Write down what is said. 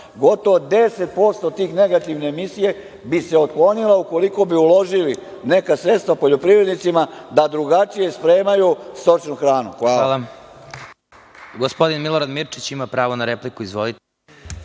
gotovo 10% te negativne emisija bi se otklonilo ukoliko bi uložili u neka sredstva poljoprivrednicima da drugačije spremaju stočnu hranu.